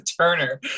Turner